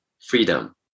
freedom